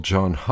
John